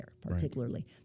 particularly